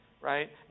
right